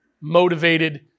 motivated